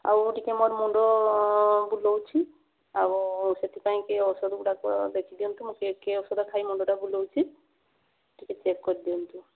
ଆଉ ଟିକେ ମୋର ମୁଣ୍ଡ ବୁଲାଉଛି ଆଉ ସେଥିପାଇଁକି ଔଷଧଗୁଡ଼ାକ ଲେଖି ଦିଅନ୍ତୁ ମୁଁ କେ କେ ଔଷଧ ଖାଇବି ମୁଣ୍ଡଟା ବୁଲାଉଛି ଟିକେ ଚେକ୍ କରିଦିଅନ୍ତୁ